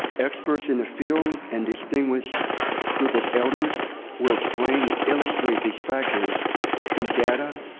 experts in the field and distinguished group of elders will explain and illustrate these factors through data,